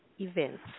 events